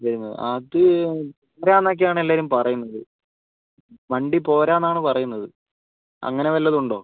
വരുന്നത് അത് പോര എന്നൊക്കെയാണ് എല്ലാവരും പറയുന്നത് വണ്ടി പോര എന്നാണ് പറയുന്നത് അങ്ങനെ വല്ലതും ഉണ്ടോ